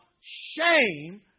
shame